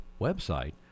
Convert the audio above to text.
website